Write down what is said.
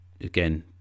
again